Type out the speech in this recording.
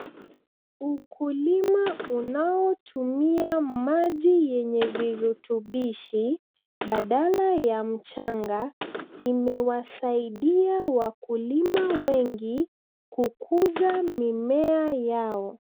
Ukulima unaotumia maji yenye virutubishi, badala ya mchanga, imewasaidia wakulima wengi kukuza mimea yao.